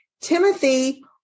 Timothy